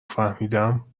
فهمیدم